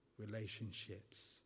relationships